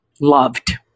loved